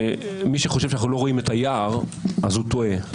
ומי שחושב שאנחנו לא רואים את היער הוא טועה.